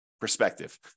Perspective